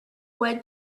what